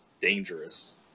dangerous